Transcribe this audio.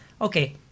Okay